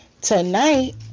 tonight